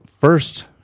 first